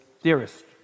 theorist